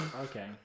okay